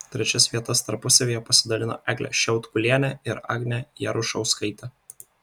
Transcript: trečias vietas tarpusavyje pasidalino eglė šiaudkulienė ir agnė jarušauskaitė